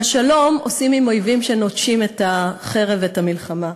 אבל שלום עושים עם אויבים שנוטשים את החרב ואת המלחמה.